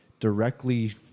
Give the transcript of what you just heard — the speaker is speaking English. Directly